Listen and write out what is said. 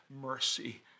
mercy